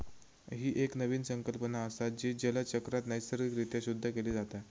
ही एक नवीन संकल्पना असा, जी जलचक्रात नैसर्गिक रित्या शुद्ध केली जाता